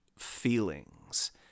feelings